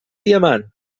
diamant